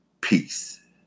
Peace